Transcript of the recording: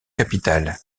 capitale